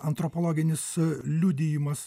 antropologinis liudijimas